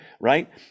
Right